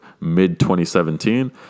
mid-2017